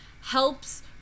helps